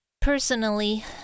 Personally